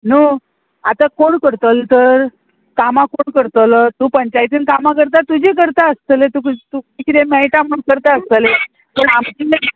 न्हू आतां कोण करतलो तर कामां कोण करतलो तूं पंचायतीन कामां करता तुजें करता आसतलें तुका तूं कितें मेळटा म्हण करता आसतलें पण आमी